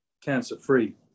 cancer-free